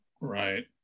Right